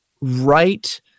right